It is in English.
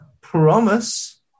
promise